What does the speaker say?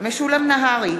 משולם נהרי,